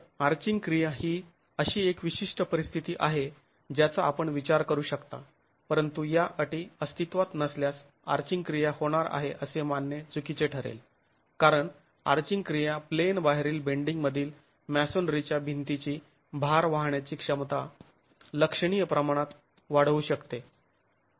तर आर्चिंग क्रिया ही अशी एक विशिष्ट परिस्थिती आहे ज्याचा आपण विचार करू शकता परंतु या अटी अस्तित्वात नसल्यास आर्चिंग क्रिया होणार आहे असे मानणे चुकीचे ठरेल कारण आर्चिंग क्रिया प्लेन बाहेरील बेंडींगमधील मॅसोनरीच्या भिंतीची भार वाहण्याची क्षमता लक्षणीय प्रमाणात वाढऊ शकते